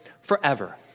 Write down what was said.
forever